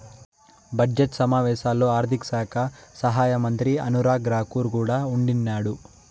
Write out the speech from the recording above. budget సమావేశాల్లో ఆర్థిక శాఖ సహాయమంత్రి అనురాగ్ రాకూర్ కూడా ఉండిన్నాడు